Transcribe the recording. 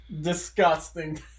Disgusting